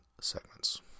segments